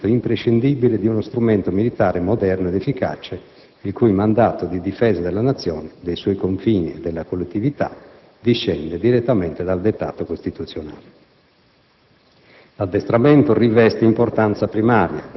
a conseguire quelle capacità operative che sono requisito imprescindibile di uno strumento militare moderno ed efficace, il cui mandato di difesa della nazione, dei suoi confini e della collettività, discende direttamente dal dettato costituzionale.